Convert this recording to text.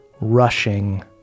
rushing